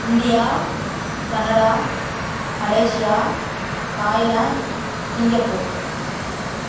India Canada Malaysia Thailand Singapore